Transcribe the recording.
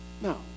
No